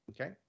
okay